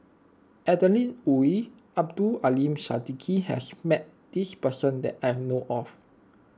Adeline Ooi Abdul Aleem Siddique has met this person that I know of